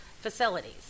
facilities